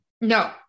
No